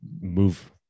move